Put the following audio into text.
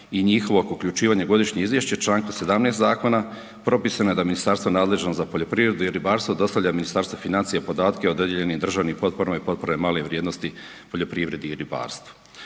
i njihovo uključivanje u godišnje izvješće u članku 17. zakona, propisano je da Ministarstvo nadležno za poljoprivredu i ribarstvo dostavlja Ministarstvu financija podatke o dodijeljenim državnim potporama i potpore male vrijednosti poljoprivredi i ribarstvu.